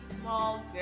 small